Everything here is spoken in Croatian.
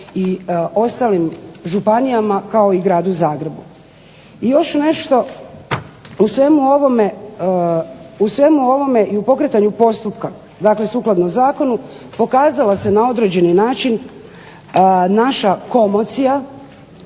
i ostalim županijama kao i Gradu Zagrebu. I još nešto u svemu ovome i pokretanju postupka, dakle sukladno Zakonu, pokazala se na određeni način naša komocija